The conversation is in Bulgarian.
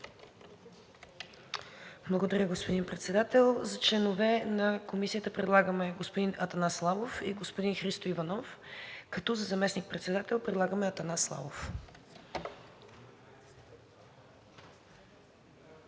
Благодаря, господин Председател. За членове на Комисията предлагаме господин Атанас Славов и господин Христо Иванов, като за заместник-председател предлагаме Атанас Славов.